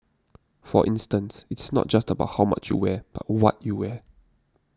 for instance it's not just about how much you wear but what you wear